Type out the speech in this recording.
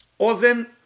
Ozen